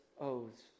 oaths